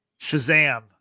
Shazam